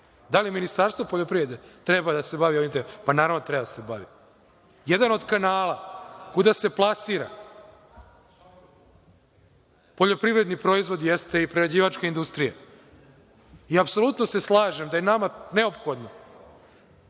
Da li Ministarstvo poljoprivrede treba da se bavi ovim temama? Pa, naravno da treba da se bavi. Jedan od kanala kuda se plasira poljoprivredni proizvod jeste i prerađivačka industrija i apsolutno se slažem da je nama neophodno